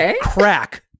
crack